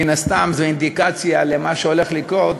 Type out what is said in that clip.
מן הסתם זה אינדיקציה למה שהולך לקרות